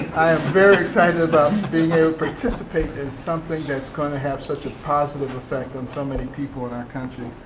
i am very excited about being able to participate in something that's going to have such a positive effect on so many people in our country.